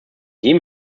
jedem